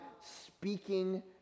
speaking